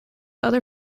other